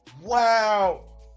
Wow